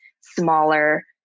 smaller